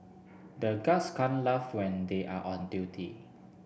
the guards can't laugh when they are on duty